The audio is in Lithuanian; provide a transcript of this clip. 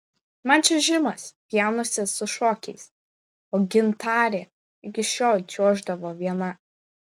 man čiuožimas pjaunasi su šokiais o gintarė iki šiol čiuoždavo viena